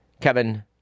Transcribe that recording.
Kevin